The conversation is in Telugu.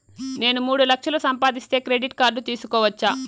నేను మూడు లక్షలు సంపాదిస్తే క్రెడిట్ కార్డు తీసుకోవచ్చా?